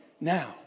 now